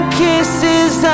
kisses